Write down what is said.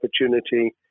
opportunity